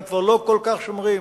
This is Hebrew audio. הם כבר לא כל כך שומרים